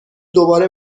دوباره